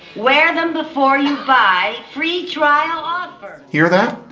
wear them before you buy. free trial offer hear that?